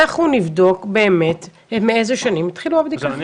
אנחנו נבדוק באמת מאיזה שנים התחילו הבדיקות.